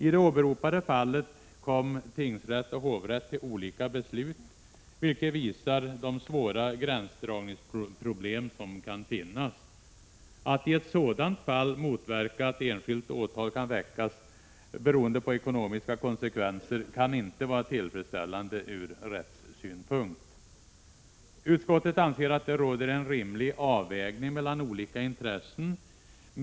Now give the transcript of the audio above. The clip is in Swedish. I det åberopade fallet kom tingsrätt och hovrätt till olika beslut, vilket visar de svåra gränsdragningsproblem som kan finnas. Att i ett sådant fall motverka att enskilt åtal kan väckas, beroende på ekonomiska konsekvenser, kan inte vara tillfredsställande ur rättssynpunkt. Utskottet anser att det råder en rimlig avvägning mellan olika intressen.